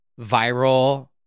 viral